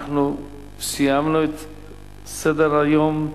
אנחנו סיימנו את סדר-היום.